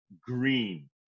green